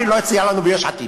אפילו לא הציע לנו ליש עתיד.